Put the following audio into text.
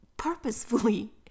purposefully